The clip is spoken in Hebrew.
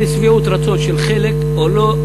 לשביעות רצון של חלק או לא,